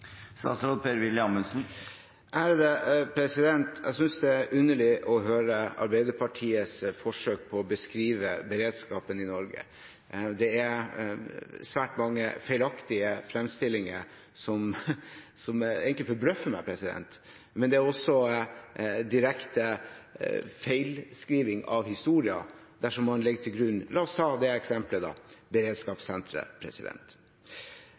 Jeg synes det er underlig å høre Arbeiderpartiets forsøk på å beskrive beredskapen i Norge. Det er svært mange feilaktige fremstillinger, som egentlig forbløffer meg, men det er også en direkte feilskriving av historien man legger til grunn. La oss ta eksempelet med beredskapssenteret.